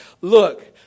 look